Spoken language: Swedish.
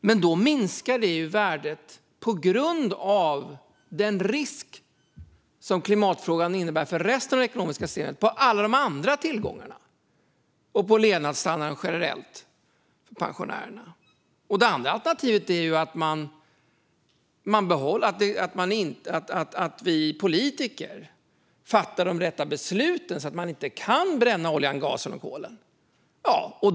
Men då minskar det värdet, på grund av den risk som klimatfrågan innebär för resten av det ekonomiska systemet, på alla de andra tillgångarna och på levnadsstandarden generellt för pensionärerna. Det andra alternativet är att vi politiker fattar de rätta besluten så att man inte kan bränna oljan, gasen och kolet.